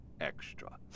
extra